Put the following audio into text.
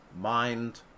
mind